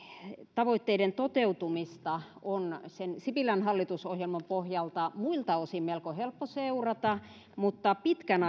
tavoitteiden toteutumista on sipilän hallitusohjelman pohjalta muilta osin melko helppo seurata mutta pitkän